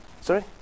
Sorry